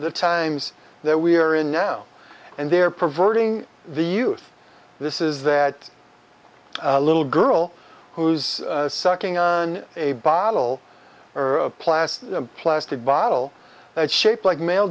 the times that we're in now and there perverting the youth this is that little girl who's sucking on a bottle or a plastic plastic bottle that's shaped like male